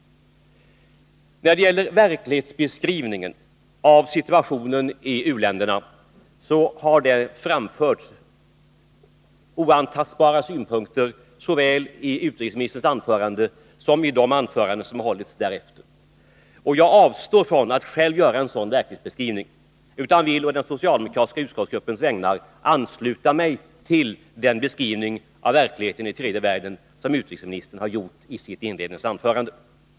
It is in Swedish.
När det gäller verklighetsbeskrivningen av situationen i u-länderna, så har det framförts oantastbara synpunkter såväl i utrikesministerns anförande som i de anföranden som hållits därefter. Jag avstår från att själv göra en sådan verklighetsbeskrivning och vill på den socialdemokratiska utskottsgruppens vägnar ansluta mig till den beskrivning av verkligheten i tredje världen som utrikesministern har gjort i sitt inledningsanförande.